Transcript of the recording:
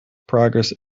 progress